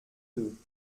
deux